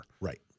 Right